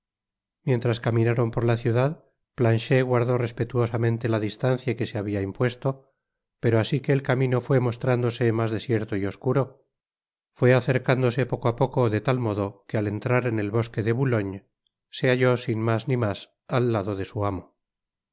mientras caminaron por la ciudad planchet guardó respetuosamente la distancia que se habiaimpuesto pero asi que el camino fué mostrándose mas desierto y oscuro fué acercándose poco á poco de tal modo que al entrar en el bosque de boulogne se halló sin mas ni mas al dado de su amo